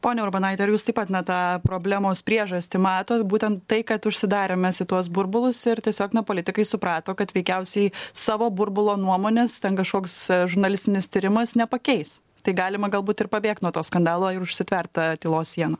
ponia urbonaite ar jūs taip pat na tą problemos priežastį matot būtent tai kad užsidarę mes į tuos burbulus ir tiesiog na politikai suprato kad veikiausiai savo burbulo nuomonės ten kažkoks žurnalistinis tyrimas nepakeis tai galima galbūt ir pabėgt nuo to skandalo ir užsitvert ta tylos siena